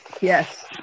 Yes